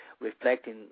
reflecting